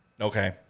Okay